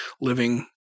living